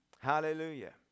Hallelujah